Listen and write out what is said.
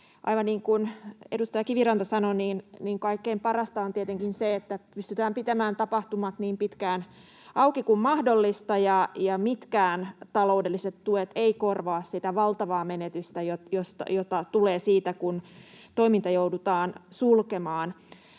Aivan niin kuin edustaja Kiviranta sanoi, kaikkein parasta on tietenkin se, että pystytään pitämään tapahtumat niin pitkään auki kuin mahdollista. Mitkään taloudelliset tuet eivät korvaa sitä valtavaa menetystä, jota tulee siitä, kun toiminta joudutaan sulkemaan.